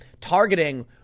Targeting